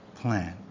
plan